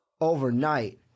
Overnight